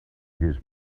his